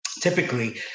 typically